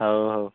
ହଉ ହଉ